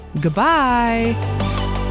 Goodbye